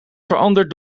veranderd